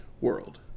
World